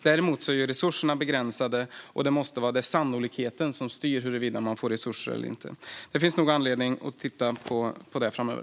Däremot är resurserna begränsade, och det måste vara sannolikheten som styr huruvida man får resurser eller inte. Men det finns nog anledning att titta på detta framöver.